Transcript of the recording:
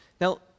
Now